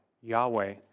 Yahweh